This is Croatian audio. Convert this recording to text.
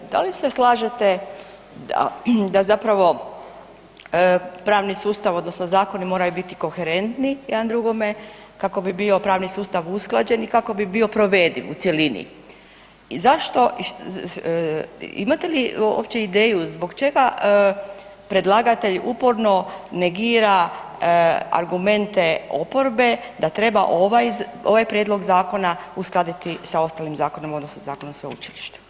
Da li se slažete da zapravo pravni sustav, odnosno zakoni moraju biti koherentniji jedan drugome kako bi bio pravni sustav usklađen i kako bi bio provediv u cjelini i zašto, što, imate li uopće ideju zbog čega predlagatelj uporno negira argumente oporbe da treba ovaj prijedlog zakona uskladiti sa ostalim zakonom, odnosno Zakonom o sveučilištima?